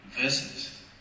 verses